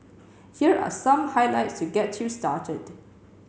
here are some highlights to get you started